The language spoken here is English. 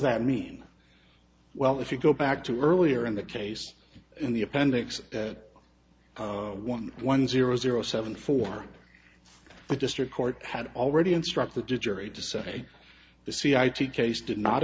that mean well if you go back to earlier in the case in the appendix one one zero zero seven four the district court had already instruct the jury to say the c i t case did not